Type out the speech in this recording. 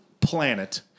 planet